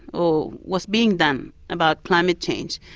or was being done about climate change.